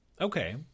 okay